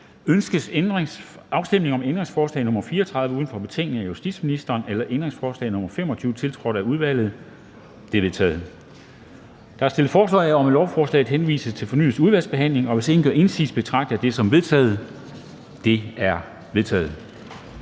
Ønskes afstemning om ændringsforslag nr. 34 uden for betænkningen af justitsministeren eller om ændringsforslag nr. 25, tiltrådt af udvalget? De er vedtaget. Der er stillet forslag om, at lovforslaget henvises til fornyet udvalgsbehandling, og hvis ingen gør indsigelse, betragter jeg dette som vedtaget. Det er vedtaget.